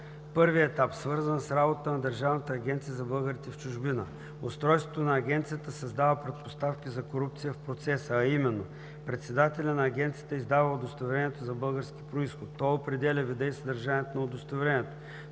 Първи етап – свързан с работата на Държавната агенция за българите в чужбина. Устройството на Агенцията създава предпоставки за корупция в процеса, а именно: председателят на Агенцията издава удостоверението за български произход; той определя вида и съдържанието на удостоверението;